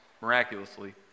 miraculously